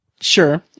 Sure